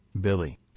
Billy